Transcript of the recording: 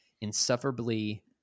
insufferably